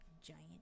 giant